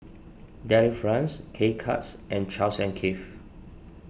Delifrance K Cuts and Charles and Keith